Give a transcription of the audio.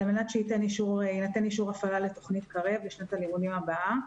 מנת שיינתן אישור הפעלה לתוכנית קרב לשנת הלימודים הבאה.